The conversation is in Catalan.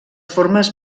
formes